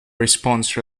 response